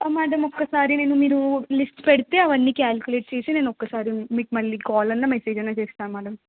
madam ఒక్కసారి నేను మీరు లిస్ట్ పెడితే అవన్నీ క్యాాలక్యులేట్ చేసి నేను ఒక్కసారి మీకు మళ్ళీ కాల్ అన్నా మెసేజ్ అన్నా చేస్తాను మేడం